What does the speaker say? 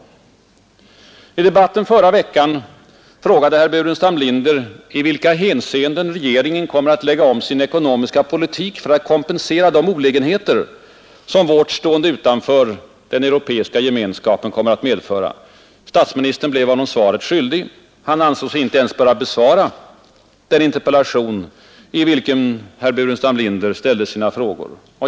I debatten förra veckan frågade herr Burenstam Linder i vilka hänseenden regeringen kommer att lägga om sin ekonomiska politik för att kompensera de olägenheter som vårt stående utanför den europeiska gemenskapen kommer att medföra. Statsministern blev honom svaret skyldig. Han ansåg sig inte ens böra besvara den interpellation i vilken herr Burenstam Linder ställde sina frågor.